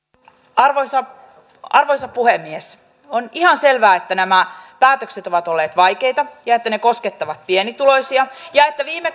arvoisa arvoisa puhemies on ihan selvää että nämä päätökset ovat olleet vaikeita ja että ne koskettavat pienituloisia ja että viime